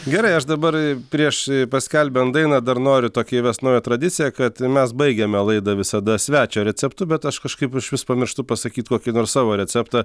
gerai aš dabar prieš paskelbiant dainą dar noriu tokią įvest naują tradiciją kad mes baigiame laidą visada svečio receptu bet aš kažkaip aš vis pamirštu pasakyt kokį nors savo receptą